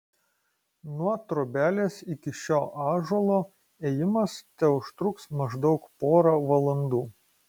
nuo trobelės iki šio ąžuolo ėjimas teužtruks maždaug porą valandų